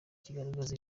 kigaragaza